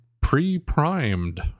Pre-primed